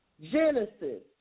Genesis